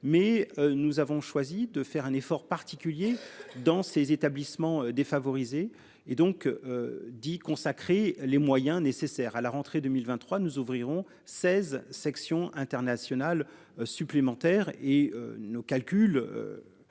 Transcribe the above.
mais nous avons choisi de faire un effort particulier dans ces établissements défavorisés et donc. D'y consacrer les moyens nécessaires à la rentrée 2023, nous ouvrirons 16 sections internationales supplémentaires et nos calculs.